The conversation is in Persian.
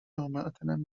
امدن